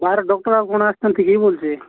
ବାହାର ଡକ୍ଟର୍ ଆଉ କ'ଣ ଆସୁଛନ୍ତି କି ବୋଲଛି